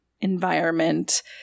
environment